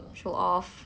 show off